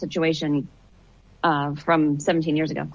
situation from seventeen years ago